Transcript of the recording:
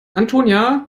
antonia